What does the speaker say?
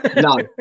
No